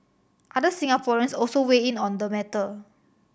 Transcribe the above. other Singaporeans also weigh in on the matter